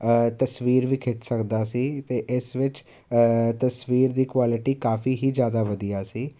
ਤਸਵੀਰ ਵੀ ਖਿੱਚ ਸਕਦਾ ਸੀ ਅਤੇ ਇਸ ਵਿੱਚ ਤਸਵੀਰ ਦੀ ਕੁਆਲਿਟੀ ਕਾਫੀ ਹੀ ਜ਼ਿਆਦਾ ਵਧੀਆ ਸੀ